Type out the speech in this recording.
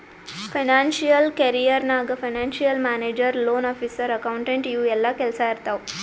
financial career ನಾಗ್ financial manager, loan officer, accountant ಇವು ಎಲ್ಲಾ ಕೆಲ್ಸಾ ಇರ್ತಾವ್